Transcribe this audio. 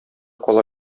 кала